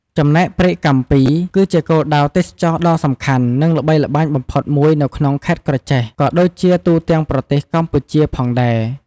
ចំណែកព្រែកកាំពី គឺជាគោលដៅទេសចរណ៍ដ៏សំខាន់ និងល្បីល្បាញបំផុតមួយនៅក្នុងខេត្តក្រចេះ ក៏ដូចជានៅទូទាំងប្រទេសកម្ពុជាផងដែរ ។